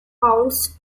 pounds